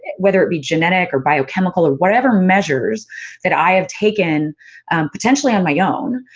whether it be genetic, or biochemical, or whatever measures that i have taken potentially on my own.